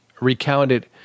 recounted